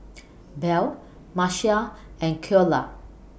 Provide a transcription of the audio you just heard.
Bell Marcia and Ceola